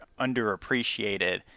underappreciated